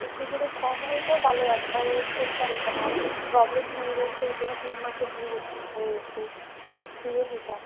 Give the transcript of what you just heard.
একটু যদি কম হতো তালে একবারে হতো না আর প্রবলেম হয়ে গেছে ওই জন্য তিন মাসের ডিউ হয়ে গেছে না হলে দিয়ে দিতাম